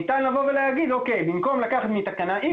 ניתן לבוא ולהגיד: במקום לקחת מתקנה X